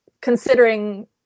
considering